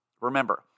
Remember